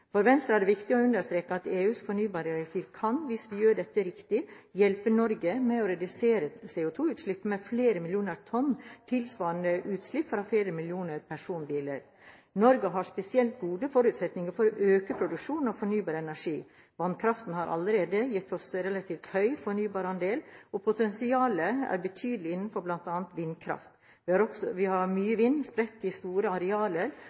For Venstre er det viktig å understreke at EUs fornybardirektiv kan, hvis vi gjør dette riktig, hjelpe Norge med å redusere CO2-utslippene med flere millioner tonn – tilsvarende utslipp fra flere millioner personbiler. Norge har spesielt gode forutsetninger for å øke produksjonen av fornybar energi. Vannkraften har allerede gitt oss en relativt høy fornybarandel, og potensialet er betydelig innenfor bl.a. vindkraft. Vi har mye vind spredt over store arealer.